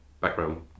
background